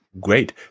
Great